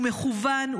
הוא מכוון,